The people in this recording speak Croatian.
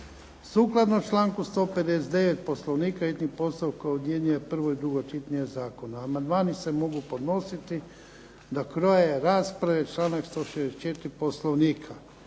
Sukladno članku 159. Poslovnika, hitni postupak objedinjuje prvo i drugo čitanje Zakona. Amandmani se mogu podnositi do kraja rasprave, članak 164. Poslovnika.